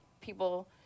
people